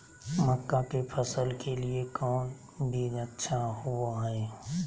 मक्का के फसल के लिए कौन बीज अच्छा होबो हाय?